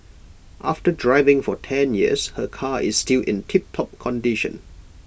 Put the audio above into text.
after driving for ten years her car is still in tiptop condition